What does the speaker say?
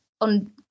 on